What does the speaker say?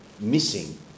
missing